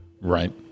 Right